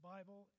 Bible